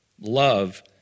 Love